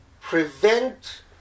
prevent